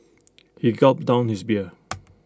he gulped down his beer